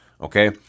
Okay